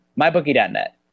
MyBookie.net